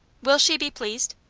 will she be pleased?